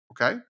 Okay